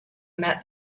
met